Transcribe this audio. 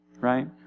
right